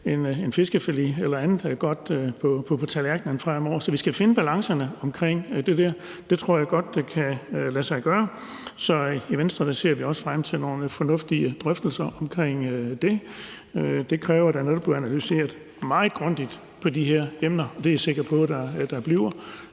en fiskefilet eller andet godt på tallerkenen fremover. Så vi skal finde balancerne omkring det der. Det tror jeg godt kan lade sig gøre. Så i Venstre ser vi også frem til nogle fornuftige drøftelser omkring det. Det kræver, at der netop bliver analyseret meget grundigt på de her emner, og det er jeg sikker på der bliver.